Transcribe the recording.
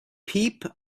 peep